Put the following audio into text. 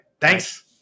Thanks